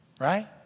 right